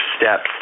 steps